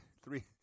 three